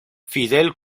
fidel